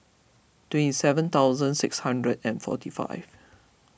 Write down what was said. twenty seven thousand six hundred and forty five